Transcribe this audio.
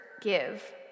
give